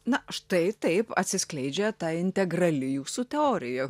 na štai taip atsiskleidžia ta integrali jūsų teorija